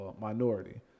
minority